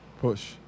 Push